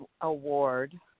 Award